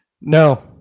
No